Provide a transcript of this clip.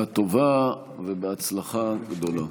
בשעה טובה ובהצלחה גדולה.